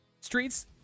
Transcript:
Streets